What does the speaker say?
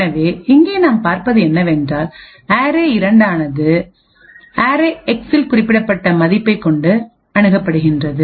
எனவே இங்கே நாம் பார்ப்பது என்னவென்றால் அரே2ஆனது ஹரே எக்ஸில் குறிப்பிடப்பட்ட மதிப்பை கொண்டுஅணுகப்படுகிறது